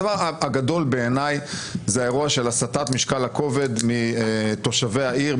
הדבר הגדול בעיניי זה האירוע של הסטת משקל הכובד מתושבי העיר,